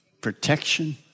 protection